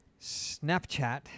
Snapchat